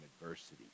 adversity